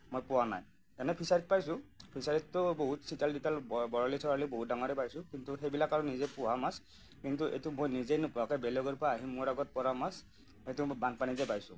মই পোৱা নাই এনে ফিচাৰীত পাইছোঁ ফিচাৰীততো বহুত চিতল তিতল বৰালি চৰালী বহুত ডাঙৰেই পাইছোঁ কিন্তু সেইবিলাক আৰু নিজেই পোহা মাছ কিন্তু এইটো মই নিজেই নোপোহাকৈ বেলেগৰ পৰা আহি মোৰ আগত পৰা মাছ সেইটো মই বানপানীতে পাইছোঁ